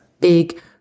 big